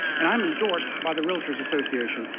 and i'm endorsed by the realtors association.